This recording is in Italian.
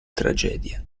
tragedia